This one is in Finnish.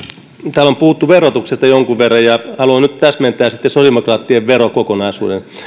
täällä on puhuttu verotuksesta jonkun verran ja haluan nyt täsmentää sosiaalidemokraattien verokokonaisuuden